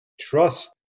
trust